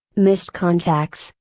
missed contacts,